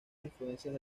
influencias